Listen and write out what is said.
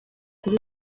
kuri